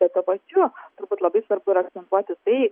bet tuo pačiu turbūt labai svarbu yra vat jisai